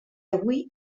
avui